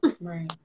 Right